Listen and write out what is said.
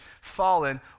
fallen